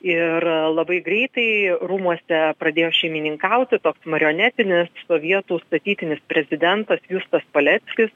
ir labai greitai rūmuose pradėjo šeimininkauti marionetinis sovietų statytinis prezidentas justas paleckis